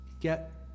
get